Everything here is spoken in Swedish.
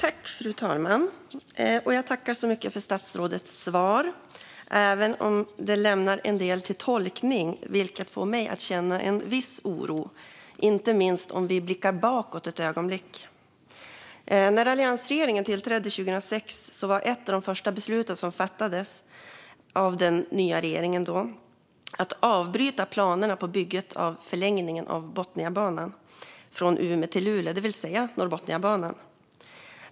Fru talman! Jag tackar så mycket för statsrådets svar, även om det lämnar en del öppet för tolkning. Det får mig att känna viss oro, inte minst om vi blickar bakåt ett ögonblick. När alliansregeringen tillträdde 2006 var ett av de första besluten som fattades av den nya regeringen att avbryta planerna för bygget av förlängningen av Botniabanan från Umeå till Luleå, det vill säga Norrbotniabanan.